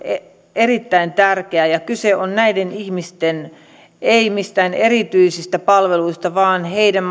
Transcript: erittäin tärkeä kyse on näiden ihmisten ei mistään erityisistä palveluista vaan heidän